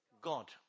God